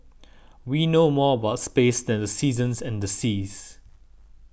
we know more about space than the seasons and the seas